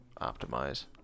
optimize